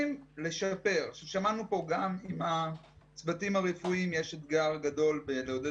לצערי גם בתוך משבר הקורונה דרך אגב, לא רק